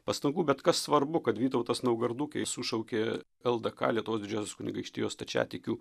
pastangų bet kas svarbu kad vytautas naugarduke jis sušaukė ldk lietuvos didžiosios kunigaikštijos stačiatikių